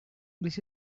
this